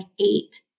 eight